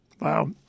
Wow